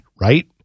right